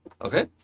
Okay